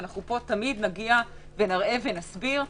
אנחנו פה תמיד נגיע ונראה ונסביר.